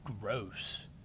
gross